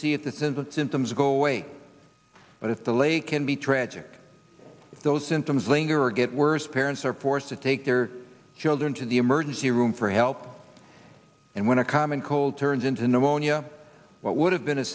see if the thousands of symptoms go away but if the lake can be tragic those symptoms linger or get worse parents are forced to take their children to the emergency room for help and when a common cold turns into pneumonia what would have been a